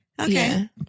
Okay